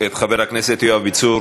את חבר הכנסת יואב בן צור.